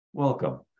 Welcome